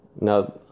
now